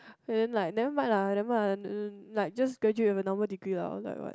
then like never mind lah never mind lah li~ like just graduate with a normal degree lah like what